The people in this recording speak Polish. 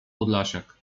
podlasiak